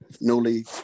newly